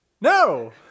No